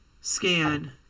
scan